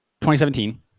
2017